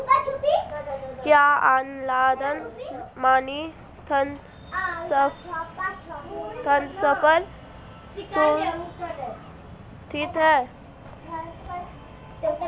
क्या online money transfer सुरक्षित है?